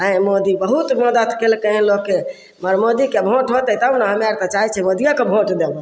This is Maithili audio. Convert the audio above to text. आइ मोदी बहुत मदति केलकय हन लोकके मगर मोदीके वोट होतै तब ने हमे आर तऽ चाहय छियै मोदियेके वोट देबऽ